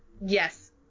Yes